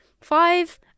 Five